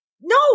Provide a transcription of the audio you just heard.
no